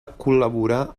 col·laborar